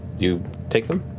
you take them?